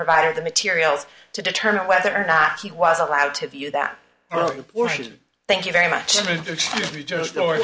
provider the materials to determine whether or not he was allowed to view that world thank you very much